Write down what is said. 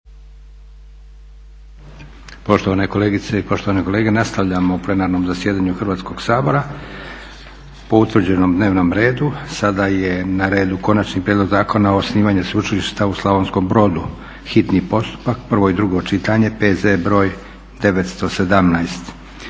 Poštovane kolegice i poštovani kolege, nastavljamo u plenarnom zasjedanju Hrvatskog sabora po utvrđenom dnevnom redu. Sada je na redu :- Konačni prijedlog zakona o osnivanju Sveučilišta u Slavonskom brodu, hitni postupak, prvo i drugo čitanje, P.Z. br. 917;